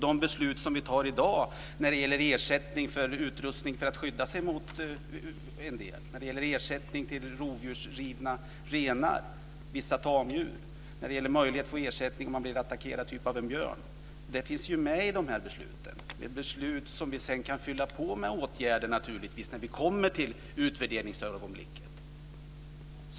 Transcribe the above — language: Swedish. De beslut som vi i dag tar innefattar ersättning för utrustning för att skydda sig mot viltskador, ersättning för renar och vissa tamdjur som blivit rovdjursrivna och möjlighet till ersättning för den som blivit attackerad t.ex. av en björn. Dessa beslut kan vi fylla på med åtgärder när vi kommer fram till utvärderingsögonblicket.